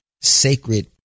sacred